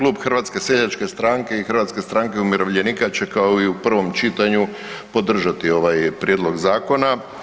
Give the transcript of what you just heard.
Klub Hrvatske seljačke stranke i Hrvatske stranke umirovljenika će kao i u prvom čitanju podržati ovaj Prijedlog zakona.